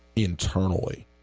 internally,